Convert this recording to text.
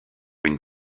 une